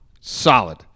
solid